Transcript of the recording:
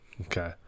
Okay